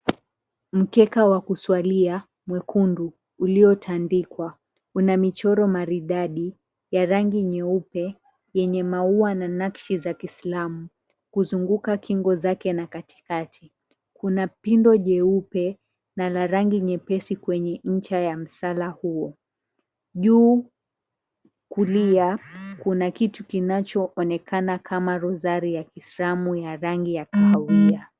Mkeka wa kuswalia, mwekundu, uliotandikwa, una michoro maridadi ya rangi nyeupe yenye maua na nakshi za kiislamu kuzunguka kingo zake na katikati. Kuna pindo jeupe na la rangi nyepesi kwenye ncha ya msala huo. Juu kulia kuna kitu kinachoonekana kama rozari ya kiislamu ya rangi ya kahawia.